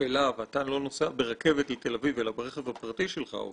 בשפלה והוא לא נוסע ברכבת לתל אביב אלא ברכב הפרטי שלו או